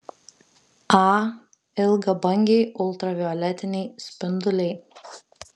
a ilgabangiai ultravioletiniai spinduliai